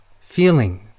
Feeling